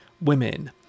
women